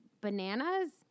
bananas